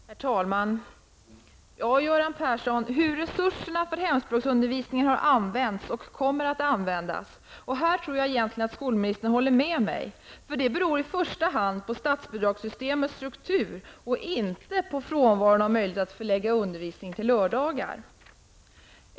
Herr talman! När det gäller hur resurserna för hemspråksundervisning har använts och kommer att användas, Göran Persson, tror jag egentligen att skolministern håller med mig. Det beror i första hand på statsbidragssystemets struktur och inte på frånvaron av möjligheter att förlägga undervisning till lördagar.